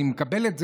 אני מקבל את זה.